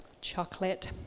Chocolate